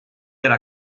era